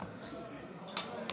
אחרי